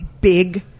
big